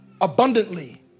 abundantly